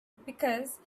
because